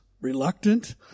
reluctant